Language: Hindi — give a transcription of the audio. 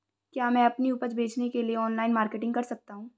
क्या मैं अपनी उपज बेचने के लिए ऑनलाइन मार्केटिंग कर सकता हूँ?